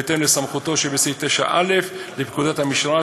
בהתאם לסמכותו שבסעיף 9א לפקודת המשטרה,